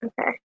Okay